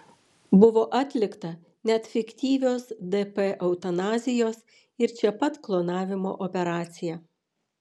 buvo atlikta net fiktyvios dp eutanazijos ir čia pat klonavimo operacija